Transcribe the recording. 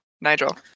Nigel